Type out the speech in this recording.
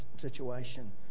situation